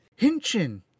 Hinchin